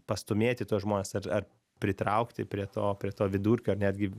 pastūmėti tuos žmones ar ar pritraukti prie to prie to vidurkio ir netgi